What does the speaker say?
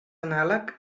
anàleg